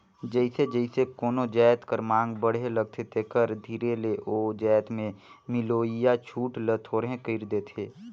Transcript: जइसे जइसे कोनो जाएत कर मांग बढ़े लगथे तेकर धीरे ले ओ जाएत में मिलोइया छूट ल थोरहें कइर देथे